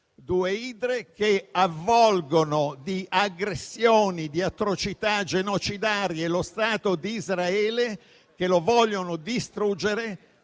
due idre che avvolgono di aggressioni e di atrocità genocidarie lo Stato di Israele, che vogliono distruggere